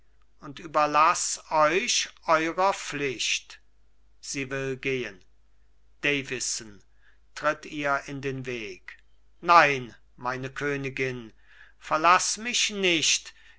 und überlaß euch eurer pflicht sie will gehen davison tritt ihr in den weg nein meine königin verlaß mich nicht